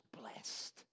blessed